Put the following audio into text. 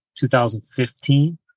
2015